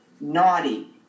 naughty